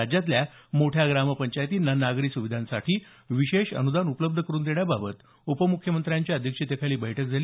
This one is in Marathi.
राज्यातील मोठ्या ग्रामपंचायतींना नागरी सुविधांसाठी विशेष अनुदान उपलब्ध करुन देण्याबाबत उपमुख्यमंत्री अजित पवार यांच्या अध्यक्षतेखाली बैठक झाली